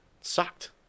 sucked